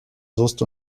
soest